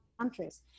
countries